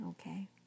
Okay